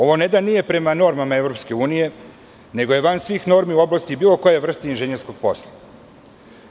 Ovo ne da nije prema normama EU, nego je van svih normi u oblasti bilo koje vrste inženjerskog posla.